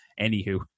anywho